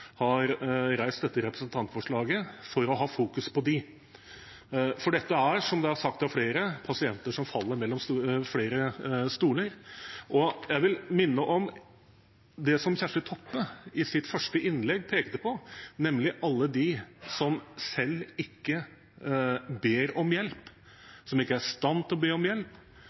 har reist dette representantforslaget for å ha fokus på dem. Dette er, som det er sagt av flere, pasienter som faller mellom flere stoler. Jeg vil minne om det som Kjersti Toppe i sitt første innlegg pekte på, nemlig alle de som ikke selv ber om hjelp, som ikke er i stand til å be om hjelp,